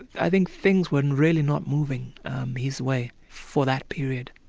i think things were and really not moving his way for that period.